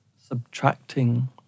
subtracting